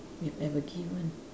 you have ever given